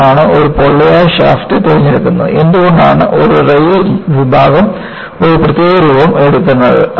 എന്തുകൊണ്ടാണ് ഒരു പൊള്ളയായ ഷാഫ്റ്റ് തിരഞ്ഞെടുക്കുന്നത് എന്തുകൊണ്ടാണ് ഒരു റെയിൽ വിഭാഗം ഒരു പ്രത്യേക രൂപം എടുക്കുന്നത്